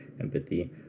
empathy